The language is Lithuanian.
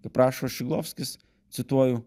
kaip rašo šidlovskis cituoju